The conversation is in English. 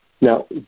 Now